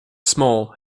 small